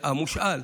המושאל,